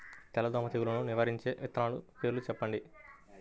తెల్లదోమ తెగులును నివారించే విత్తనాల పేర్లు చెప్పండి?